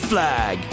Flag